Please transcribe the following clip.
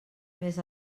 mes